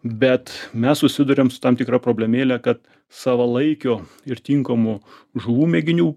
bet mes susiduriam su tam tikra problemėle kad savalaikio ir tinkamų žuvų mėginių